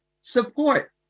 support